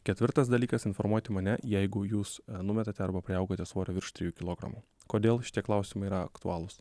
ketvirtas dalykas informuoti mane jeigu jūs numetate arba priaugote svorio virš trijų kilogramų kodėl šitie klausimai yra aktualūs